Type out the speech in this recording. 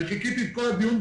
חיכיתי לדבר כל הדיון,